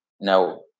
now